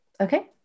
Okay